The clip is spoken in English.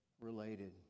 related